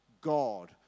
God